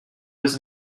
was